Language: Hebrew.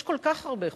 יש כל כך הרבה חוקים.